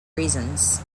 reasons